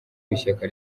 w’ishyaka